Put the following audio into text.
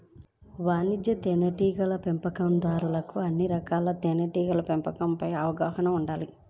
వాణిజ్య తేనెటీగల పెంపకందారులకు అన్ని రకాలుగా తేనెటీగల పెంపకం పైన అవగాహన ఉండాలి